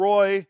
Roy